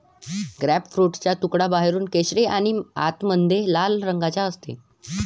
ग्रेपफ्रूटचा तुकडा बाहेरून केशरी आणि आतमध्ये लाल रंगाचा असते